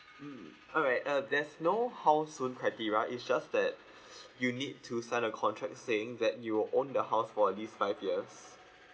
mm all right err there's no how soon criteria it's just that you need to sign a contract saying that you own the house for at least five years